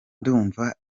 ndumva